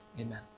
Amen